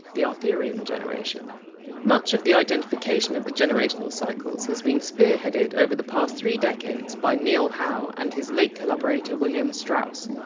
the arthurian generation much of the identification of the generational cycles has been spearheaded over the past three decades by neil howe and his late collaborator william strauss.